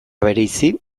bereizi